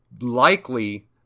likely